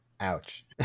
Ouch